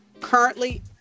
currently